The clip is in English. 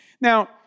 Now